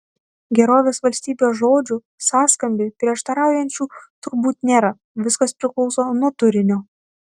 gerovės valstybės žodžių sąskambiui prieštaraujančių turbūt nėra viskas priklauso nuo turinio